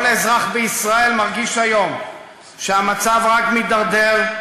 כל אזרח בישראל מרגיש היום שהמצב רק מתדרדר,